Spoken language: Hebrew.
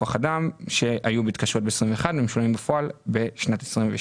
תשלומים כאלה מבוצעים דרך הזמנות.